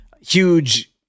huge